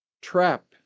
trap